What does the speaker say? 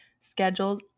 schedules